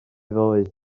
ddoe